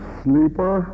sleeper